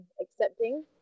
accepting